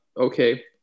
okay